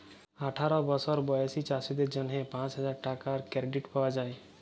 আঠার বসর বয়েসী চাষীদের জ্যনহে পাঁচ হাজার টাকার কেরডিট পাউয়া যায়